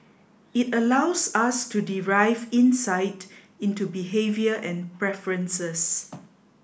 it allows us to derive insight into behaviour and preferences